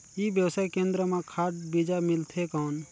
ई व्यवसाय केंद्र मां खाद बीजा मिलथे कौन?